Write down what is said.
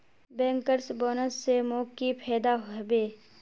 bankers bonus स मोक की फयदा हबे